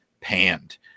panned